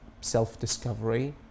self-discovery